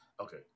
okay